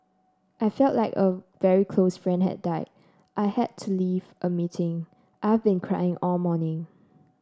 I feel like a very close friend had died I had to leave a meeting I've been crying all morning